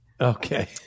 okay